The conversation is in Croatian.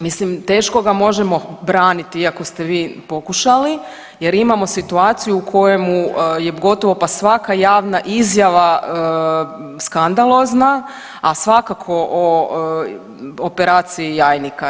Mislim teško ga možemo braniti iako ste vi pokušali, jer imamo situaciju u kojemu je gotovo pa svaka javna izjava skandalozna, a svakako o operaciji jajnika.